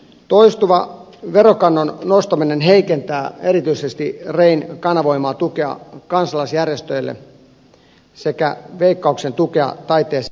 toistuva veronkannon nostaminen heikentää erityisesti rayn kanavoimaa tukea kansalaisjärjestöille sekä veikkauksen tukea taiteelle ja kulttuurille